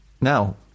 now